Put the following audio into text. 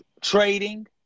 Trading